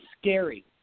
scary